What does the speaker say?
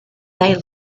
they